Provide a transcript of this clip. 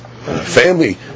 family